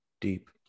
Deep